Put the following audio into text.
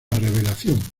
revelación